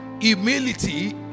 humility